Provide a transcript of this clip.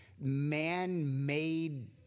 man-made